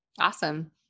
Awesome